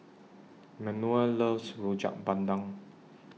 Manuel loves Rojak Bandung